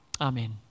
Amen